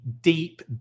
deep